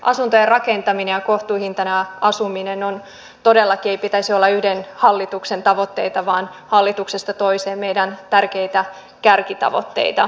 asuntojen rakentamisen ja kohtuuhintainen asumisen ei pitäisi olla yhden hallituksen tavoitteita vaan hallituksesta toiseen meidän tärkeitä kärkitavoitteita